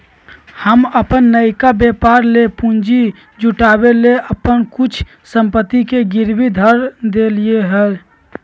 हम अप्पन नयका व्यापर लेल पूंजी जुटाबे के लेल अप्पन कुछ संपत्ति के गिरवी ध देलियइ ह